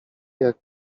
jak